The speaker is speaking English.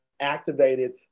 activated